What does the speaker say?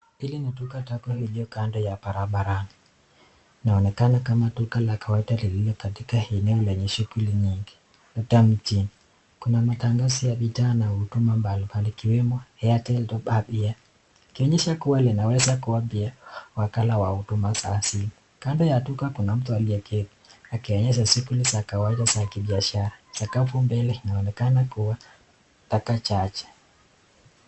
Hili ni duka tatu lililo kando ya barabara. Inaonekana kama duka la kawaida lililo katika eneo lenye shughuli mingi labda mjini. Kuna matangazo ya bidhaa na huduma mbali mbali ikiwemo Airtel Top up here. Ikionyesha pia linaeweza kua pia wakala wa huduma za simu. Kando ya duka kuna mtu aliyeketi akionyesha shughuli za kawaida za kibiashara. Sakafu mbele inaonekana kua takajacha